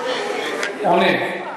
הוא עונה.